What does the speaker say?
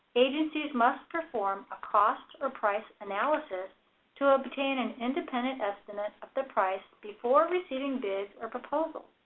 agencies must perform a cost or price analysis to obtain an independent estimate of the price before receiving bids or proposals.